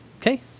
Okay